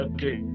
Okay